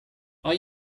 are